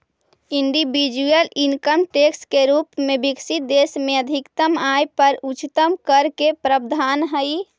individual income tax के रूप में विकसित देश में अधिकतम आय पर उच्चतम कर के प्रावधान हई